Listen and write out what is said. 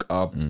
up